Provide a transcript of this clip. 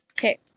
Okay